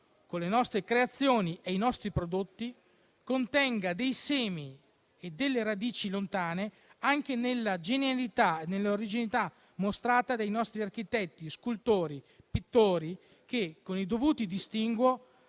con le nostre creazioni e i nostri prodotti, contenga dei semi e delle radici lontane anche nella genialità e nell'originalità mostrata dai nostri architetti, scultori e pittori, di cui, con i dovuti distinguo,